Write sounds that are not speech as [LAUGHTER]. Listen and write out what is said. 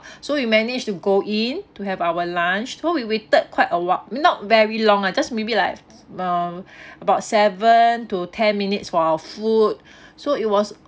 so we managed to go in to have our lunch so we waited quite a while not very long ah just maybe like [NOISE] uh about seven to ten minutes for our food so it was